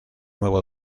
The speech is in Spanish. nuevo